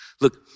Look